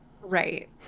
Right